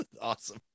Awesome